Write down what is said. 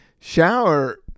Shower